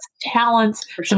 talents